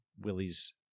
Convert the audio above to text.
Willie's